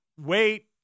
Wait